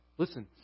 Listen